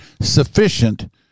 sufficient